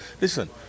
listen